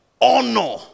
Honor